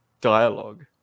dialogue